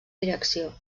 direcció